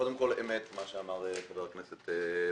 קודם כל, אמת מה שאמר חבר הכנסת מקלב.